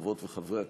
חברות וחברי הכנסת,